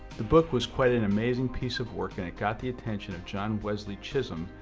the book was quite an amazing piece of work and it got the attention of john wesley chisholm,